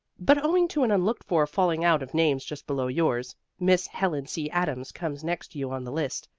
but owing to an unlooked-for falling out of names just below yours, miss helen c. adams comes next to you on the list.